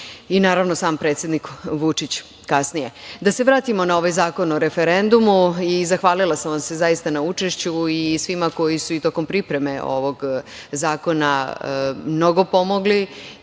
i naravno sam predsednik Vučić kasnije. Da se vratimo na ovaj Zakon o referendumu. Zahvalila sam vam se zaista na učešću i svima koji su i tokom pripreme ovog zakona mnogo pomogli,